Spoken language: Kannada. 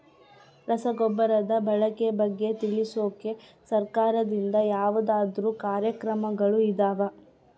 ರಸಗೊಬ್ಬರದ ಬಳಕೆ ಬಗ್ಗೆ ತಿಳಿಸೊಕೆ ಸರಕಾರದಿಂದ ಯಾವದಾದ್ರು ಕಾರ್ಯಕ್ರಮಗಳು ಇದಾವ?